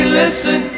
listen